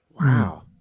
Wow